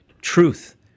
truth